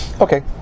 Okay